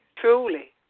truly